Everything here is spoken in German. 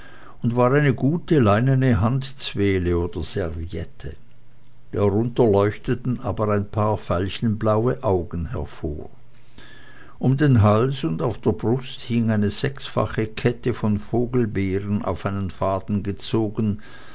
und war eine gute leinene handzwehle oder serviette darunter leuchteten aber ein paar veilchenblaue augen hervor um den hals und auf der brust hing eine sechsfache kette von vogelbeeren auf einen faden gezogen